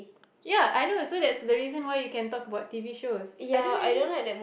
ya I know so that's the reason why you can talk about t_v shows I don't really